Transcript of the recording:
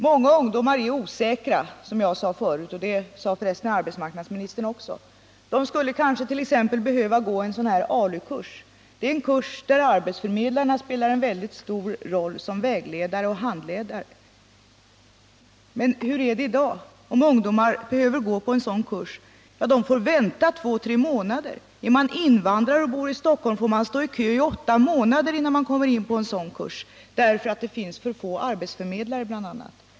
Många ungdomar är osäkra — det sade jag tidigare, och det sade f. ö. också arbetsmarknadsministern — och de kanske skulle behöva gå en ALU-kurs, en kurs där arbetsförmedlarna har en stor uppgift som vägledare och handledare. Men hur är läget i dag i det avseendet? Jo, de ungdomar som behöver gå en sådan kurs får vänta två tre månader innan de kommer in. Är man invandrare och bor i Stockholm får man stå i kö i åtta månader för att komma in på en sådan kurs, bl.a. därför att det finns för få arbetsförmedlare.